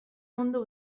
mundu